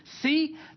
see